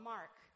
Mark